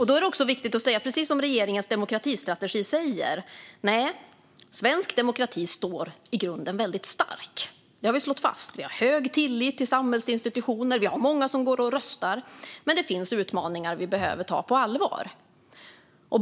Då är det viktigt att säga, precis som det sägs i regeringens demokratistrategi, att svensk demokrati i grunden står väldigt stark. Det har vi slagit fast. Vi har hög tillit till samhällsinstitutioner, och vi har många som går och röstar. Men det finns utmaningar vi behöver ta på allvar.